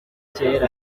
kera